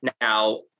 Now